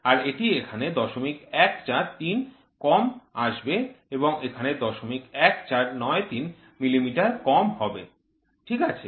আর এটি এখানে ০১৪৩০ কম আসবে এবং এখানে ০১৪৯৩ মিলিমিটার কম হবে ঠিক আছে